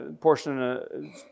portion